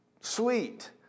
sweet